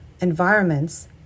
environments